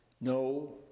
No